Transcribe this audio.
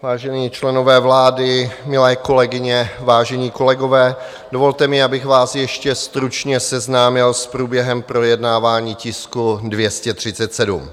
Vážení členové vlády, milé kolegyně, vážení kolegové, dovolte mi, abych vás ještě stručně seznámil s průběhem projednávání tisku 237.